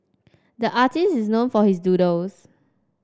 the artist is known for his doodles